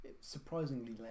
surprisingly